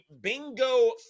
bingo